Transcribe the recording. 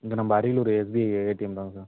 இங்கே நம்ப Ariyalur SBI ATM தான் சார்